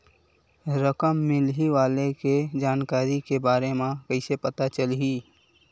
रकम मिलही वाले के जानकारी के बारे मा कइसे पता चलही?